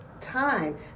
time